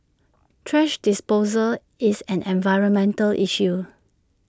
thrash disposal is an environmental issue